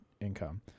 income